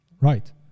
Right